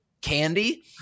candy